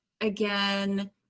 again